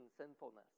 sinfulness